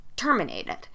terminated